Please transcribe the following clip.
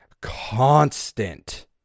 constant